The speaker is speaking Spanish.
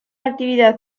actividad